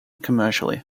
commercially